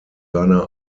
seiner